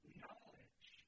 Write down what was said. knowledge